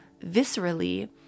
viscerally